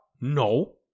No